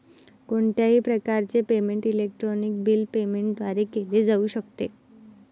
कोणत्याही प्रकारचे payment electronic bill payment द्वारे केले जाऊ शकते